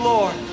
Lord